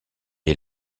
est